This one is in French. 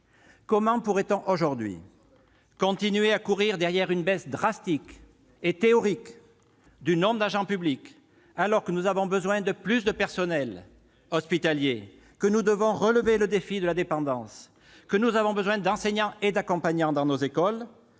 Comment pourrait-on aujourd'hui continuer à courir derrière une baisse drastique et toute théorique du nombre d'agents publics alors que nous avons besoin de plus de personnel hospitalier, que nous devrons relever le défi de la dépendance, que nous avons besoin d'enseignants et d'accompagnants dans nos écoles,